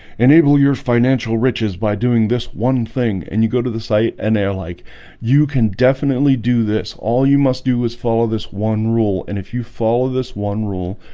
enable your financial riches by doing this one thing and you go to the site? and they're like you can definitely do this all you must do is follow this one rule and if you follow this one rule,